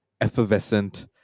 effervescent